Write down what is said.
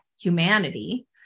humanity